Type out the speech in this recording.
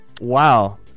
wow